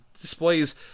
displays